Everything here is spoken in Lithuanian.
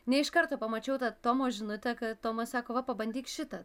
ne iš karto pamačiau tą tomo žinutę kai tomas sako va pabandyk šitą